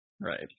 Right